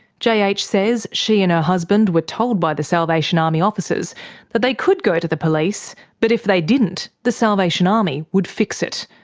jh ah ah jh says she and her husband were told by the salvation army officers that they could go to the police, but if they didn't, the salvation army would fix it.